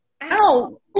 Ow